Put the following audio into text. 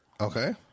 Okay